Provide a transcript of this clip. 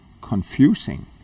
confusing